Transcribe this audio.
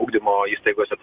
ugdymo įstaigose